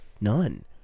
none